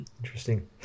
Interesting